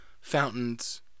fountains